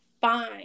fine